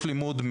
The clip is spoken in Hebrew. השאר לימודים